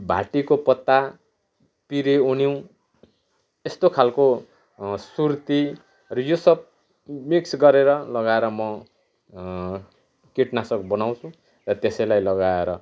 भाटीको पत्ता पिरे उनिउँ यस्तो खाल्को सुर्ती र यो सब मिक्स गरेर लगाएर म किटनाशक बनाउँछु र त्यसैलाई लगाएर